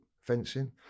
fencing